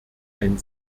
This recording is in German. ein